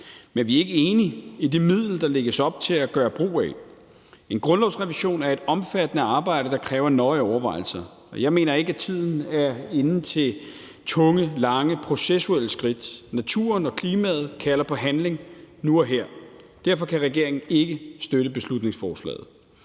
men vi er ikke enige i forhold til det middel, der lægges op til at gøre brug af. En grundlovsrevision er et omfattende arbejde, der kræver nøje overvejelser, og jeg mener ikke, at tiden er inde til tunge, lange processuelle skridt. Naturen og klimaet kalder på handling nu og her. Derfor kan regeringen ikke støtte beslutningsforslaget.